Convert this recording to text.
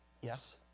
Yes